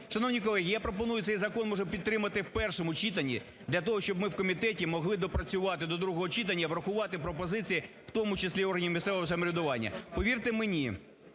Шановні колеги! Я пропоную, цей закон, може, підтримати в першому читанні? Для того, щоб ми в комітеті могли доопрацювати до другого читання, враховувати пропозиції в тому числі і органів місцевого самоврядування. Повірте мені,